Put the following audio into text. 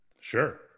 Sure